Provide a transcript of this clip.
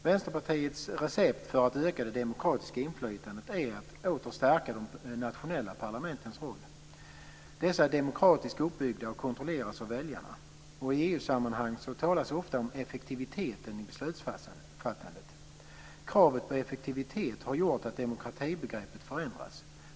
Vänsterpartiets recept för att öka det demokratiska inflytandet är att åter stärka de nationella parlamentens roll. Dessa är demokratiskt uppbyggda och kontrolleras av väljarna. I EU-sammanhang talas ofta om effektiviteten i beslutsfattandet. Kravet på effektivitet har gjort att demokratibegreppet förändras.